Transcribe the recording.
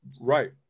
Right